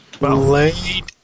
late